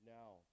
now